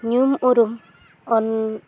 ᱧᱩᱢ ᱩᱨᱩᱢ ᱚᱱ